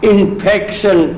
Infection